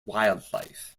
wildlife